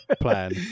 plan